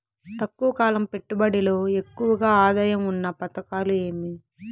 తక్కువ కాలం పెట్టుబడిలో ఎక్కువగా ఆదాయం ఉన్న పథకాలు ఏమి?